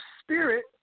spirit